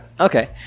okay